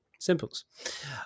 Simples